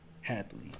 happily